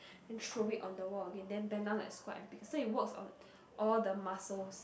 then throw it on the wall again then bend down like squat and pick so it works on all the muscles